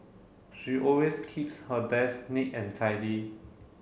she always keeps her desk neat and tidy